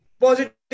Positive